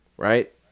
Right